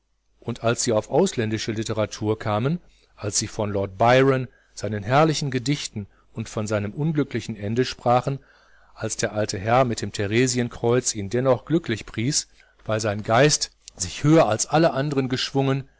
und als sie auf ausländische literatur kamen als sie von lord byron seinen herrlichen gedichten und seinem unglücklichen ende sprachen als der alte herr mit dem theresienkreuz ihn dennoch glücklich pries weil sein geist sich höher als alle andern geschwungen